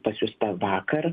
pasiųsta vakar